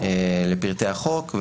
לפרטי החוק,